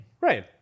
Right